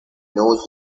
knows